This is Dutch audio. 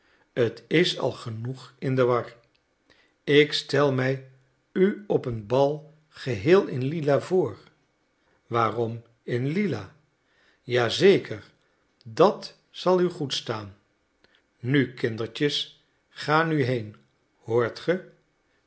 t is al genoeg in de war ik stel mij u op een bal geheel in lila voor waarom lila ja zeker dat zal u goed staan nu kindertjes ga nu heen hoort ge